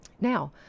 Now